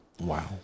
Wow